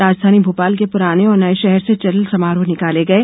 राजधानी भोपाल के पुराने और नये शहर से चल समारोह निकाले गये